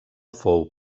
fou